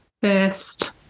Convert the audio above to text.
first